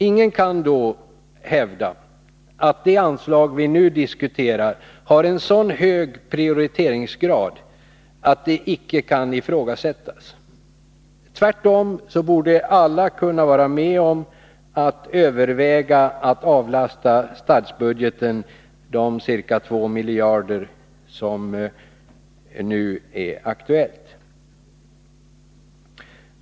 Ingen kan då hävda att det anslag vi nu diskuterar har en så hög prioriteringsgrad att det icke kan ifrågasättas. Tvärtom borde alla kunna vara med om att överväga att avlasta statsbudgeten de ca 2 miljarder kronor som nu är aktuella.